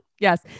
Yes